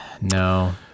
no